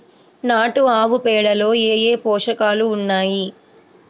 నాటు ఆవుపేడలో ఏ ఏ పోషకాలు ఉన్నాయి?